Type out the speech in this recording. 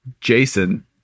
Jason